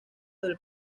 del